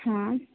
हाँ